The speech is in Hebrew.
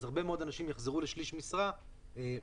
אז הרבה מאוד אנשים יחזרו לשליש משרה במקום